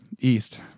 East